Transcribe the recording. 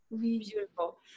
Beautiful